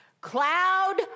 Cloud